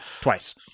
twice